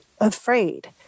afraid